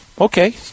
Okay